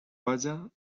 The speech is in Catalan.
vaja